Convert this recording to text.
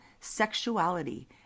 sexuality